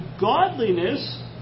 godliness